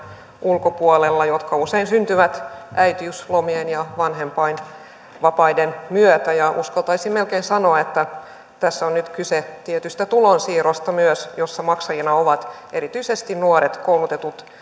ulkopuolella jotka usein syntyvät äitiyslomien ja vanhempainvapaiden myötä ja uskaltaisin melkein sanoa että tässä on nyt kyse tietystä tulonsiirrosta myös jossa maksajina ovat erityisesti nuoret koulutetut